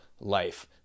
life